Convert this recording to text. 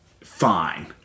fine